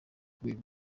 rwego